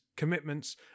commitments